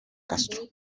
castro